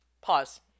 pause